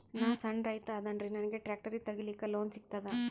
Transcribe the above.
ನಾನ್ ಸಣ್ ರೈತ ಅದೇನೀರಿ ನನಗ ಟ್ಟ್ರ್ಯಾಕ್ಟರಿ ತಗಲಿಕ ಲೋನ್ ಸಿಗತದ?